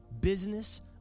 business